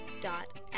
dot